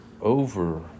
over